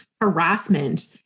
harassment